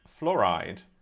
Fluoride